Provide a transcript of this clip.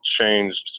changed